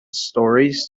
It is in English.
stories